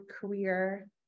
career